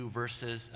verses